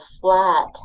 flat